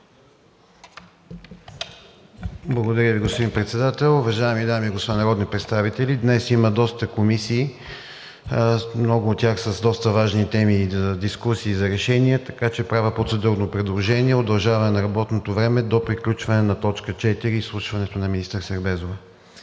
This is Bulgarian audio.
Благодаря Ви, господин Председател. Уважаеми дами и господа народни представители! Днес има доста комисии, много от тях с доста важни теми за дискусии и за решения, така че правя процедурно предложение за удължаване на работното време до приключване на точка четвърта и изслушването на министър Сербезова.